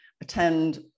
attend